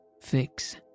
Fix